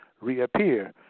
reappear